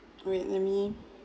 wait let me